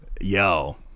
Yo